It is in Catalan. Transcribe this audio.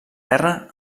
guerra